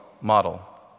model